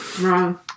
Wrong